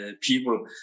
people